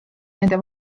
nende